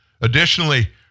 Additionally